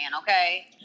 okay